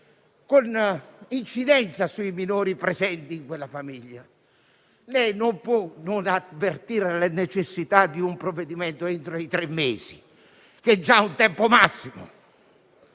un'incidenza sui minori presenti in quella famiglia - non può non avvertire la necessità di un provvedimento entro i tre mesi, che già sono un tempo massimo.